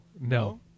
no